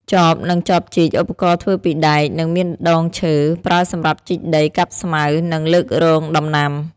ចប និងចបជីក ឧបករណ៍ធ្វើពីដែក និងមានដងឈើ។ ប្រើសម្រាប់ជីកដី កាប់ស្មៅ និងលើករងដំណាំ។